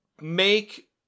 make